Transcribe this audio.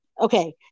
Okay